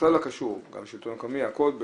ה-26.11.2018, ועל סדר יומנו הפצת